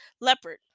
leopard